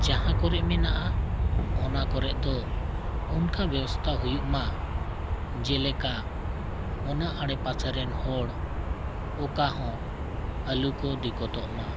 ᱡᱟᱦᱟᱸ ᱠᱚᱨᱮᱱᱟᱜ ᱚᱱᱟ ᱠᱚᱨᱮ ᱫᱚ ᱚᱱᱠᱟ ᱵᱮᱵᱚᱥᱛᱷᱟ ᱦᱩᱭᱩᱜ ᱢᱟ ᱡᱮᱞᱮᱠᱟ ᱚᱱᱟ ᱟᱰᱮᱯᱟᱥᱮ ᱨᱮᱱ ᱦᱚᱲ ᱚᱠᱟ ᱦᱚᱸ ᱟᱞᱩ ᱠᱚ ᱫᱤᱠᱠᱚᱛᱚᱜ ᱢᱟ